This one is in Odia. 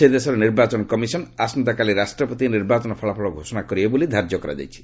ସେ ଦେଶର ନିର୍ବାଚନ କମିଶନ୍ ଆସନ୍ତାକାଲି ରାଷ୍ଟ୍ରପତି ନିର୍ବାଚନ ଫଳାଫଳ ଘୋଷଣା କରିବେ ବୋଲି ଧାର୍ଯ୍ୟ କରାଯାଇଛି